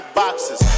boxes